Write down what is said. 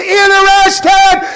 interested